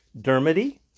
Dermody